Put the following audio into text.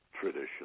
tradition